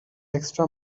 extra